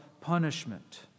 punishment